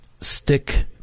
stick